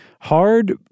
hard